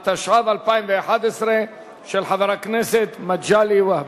התשע"ב 2011, של חבר הכנסת מגלי והבה.